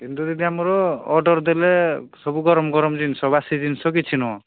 କିନ୍ତୁ ଯଦି ଆମର ଅର୍ଡ଼ର ଦେଲେ ସବୁ ଗରମ ଗରମ ଜିନିଷ ବାସି ଜିନିଷ କିଛି ନୁହେଁ